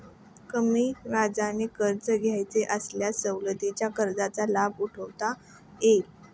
कमी व्याजदराने कर्ज घ्यावयाचे असल्यास सवलतीच्या कर्जाचा लाभ उठवता येईल